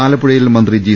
ആപ്പുഴയിൽ മന്ത്രി ജി